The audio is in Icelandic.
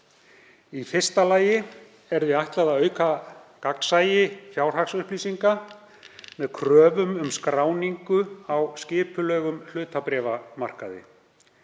Í fyrsta lagi er því ætlað að auka gagnsæi fjárhagsupplýsinga með kröfum um skráningu á skipulegum hlutabréfamarkaði.